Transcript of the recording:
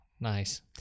Nice